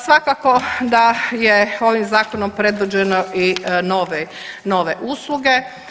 Svakako da je ovim zakonom predviđeno i nove usluge.